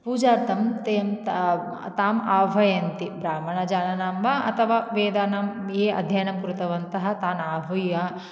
पूजार्थम् तेम् तां ताम् आह्वयन्ति ब्राह्मणजनानां वा अथवा वेदानां ये अध्ययनं कृतवन्तः तान् आहूय्य